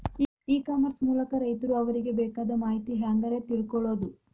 E commerce ಮೂಲಕ ರೈತರು ಅವರಿಗೆ ಬೇಕಾದ ಮಾಹಿತಿ ಹ್ಯಾಂಗ ರೇ ತಿಳ್ಕೊಳೋದು?